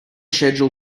schedule